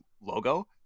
logo